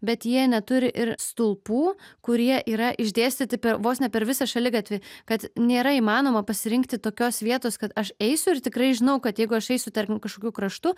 bet jie neturi ir stulpų kurie yra išdėstyti per vos ne per visą šaligatvį kad nėra įmanoma pasirinkti tokios vietos kad aš eisiu ir tikrai žinau kad jeigu aš eisiu tarkim kažkokiu kraštu